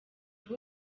ubu